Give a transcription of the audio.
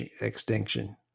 extinction